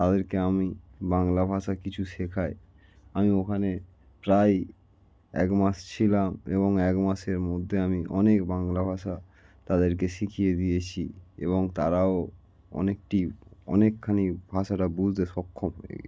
তাদেরকে আমি বাংলা ভাষা কিছু শেখাই আমি ওখানে প্রায় এক মাস ছিলাম এবং এক মাসের মধ্যে আমি অনেক বাংলা ভাষা তাদেরকে শিখিয়ে দিয়েছি এবং তারাও অনেকটি অনেকখানি ভাষাটা বুঝতে সক্ষম হয়ে গেছে